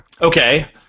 Okay